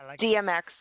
DMX